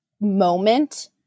moment